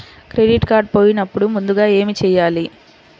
Credit card పోయినపుడు ముందుగా ఏమి చేయాలి?